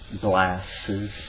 glasses